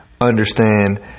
understand